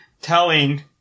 telling